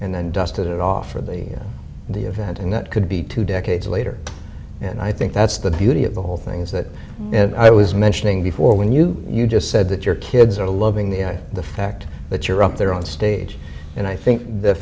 and then dust it off for the the event and that could be two decades later and i think that's the beauty of the whole thing is that i was mentioning before when you you just said that your kids are loving the fact that you're up there on stage and i think the